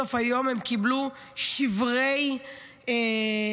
ובסוף היום הם קיבלו שברי קשר,